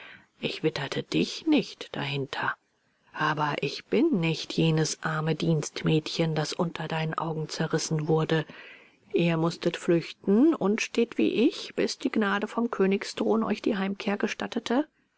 ich witterte dich nicht dahinter aber ich bin nicht jenes arme dienstmädchen das unter deinen augen zerrissen wurde ihr mußtet flüchten unstet wie ich bis die gnade vom königsthron euch die heimkehr gestattete